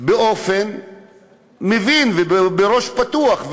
באופן מבין ובראש פתוח,